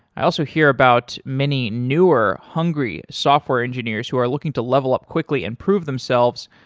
i also hear about many newer, hungry software engineers who are looking to level up quickly and prove themselves